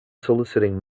soliciting